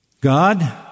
God